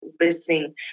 listening